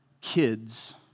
kids